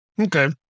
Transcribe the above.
Okay